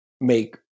make